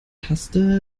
taste